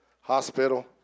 Hospital